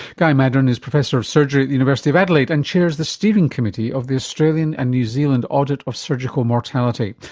guy maddern is professor of surgery at the university of adelaide and chairs the steering committee of the australian and new zealand audit of surgical mortality.